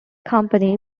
company